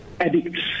addicts